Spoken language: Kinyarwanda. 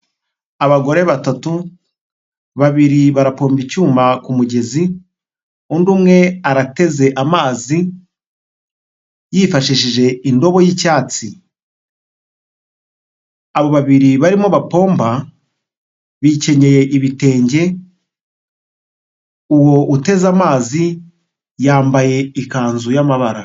Abagore batatu, babiri barapomba icyuma ku mugezi, barateze amazi yishishije indobo y'icyatsi umwe akenyeye ibitenge uteze amazi yambaye ikanzu y'amabara.